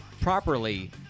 properly